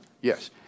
Yes